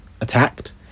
attacked